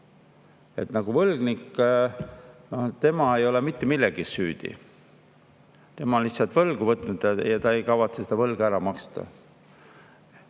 et võlgnik nagu ei ole mitte milleski süüdi. Tema on lihtsalt võlgu võtnud ja ei kavatse seda võlga ära maksta.